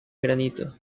granito